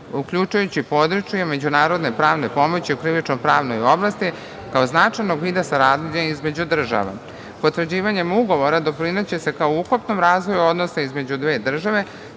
uključujući područje međunarodne pravne pomoći u krivično-pravnoj oblasti kao značajnog vida saradnje između država. Potvrđivanjem ugovora doprineće se kako ukupnom razvoju odnosa između dve države,